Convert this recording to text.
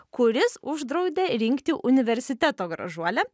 kuris uždraudė rinkti universiteto gražuolę